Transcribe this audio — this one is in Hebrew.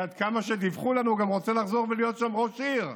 שעד כמה שדיווחו לנו גם רוצה לחזור להיות שם ראש עיר.